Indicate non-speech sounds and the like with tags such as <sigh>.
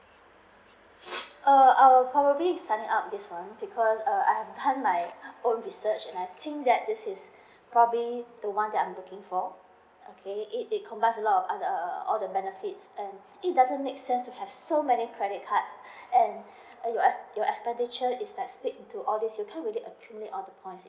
<breath> uh I'll probably sign up this one because uh I own my own business so I think this is probably the one that I'm looking for okay it it combines of a lot of other all the benefits and it doesn't make sense to have so many credit cards and your ex~ your expenditure is like state to all these you can't really accumulate all the points